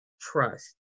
trust